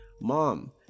mom